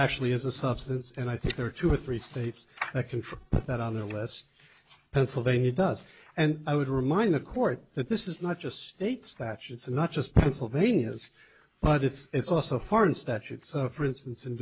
actually is a substance and i think there are two or three states that control that on their list pennsylvania does and i would remind the court that this is not just state statutes and not just pennsylvania's but it's also foreign statutes for instance